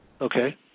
Okay